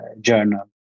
Journal